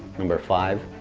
number five,